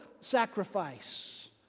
sacrifice